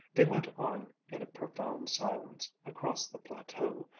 they went on in a profound silence across the plateau,